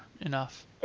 enough